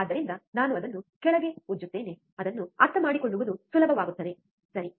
ಆದ್ದರಿಂದ ನಾನು ಅದನ್ನು ಕೆಳಗೆ ಉಜ್ಜುತ್ತೇನೆ ಅದನ್ನು ಅರ್ಥಮಾಡಿಕೊಳ್ಳುವುದು ಸುಲಭವಾಗುತ್ತದೆ ಸರಿ